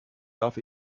darf